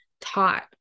taught